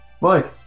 Mike